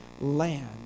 land